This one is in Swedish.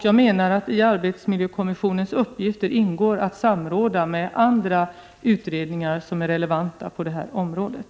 Jag menar att det i arbetsmiljökommissionens uppgifter ingår att samråda med andra utredningar som är relevanta på området.